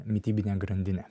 mitybinė grandinė